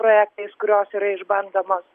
projektais kurios yra išbandomos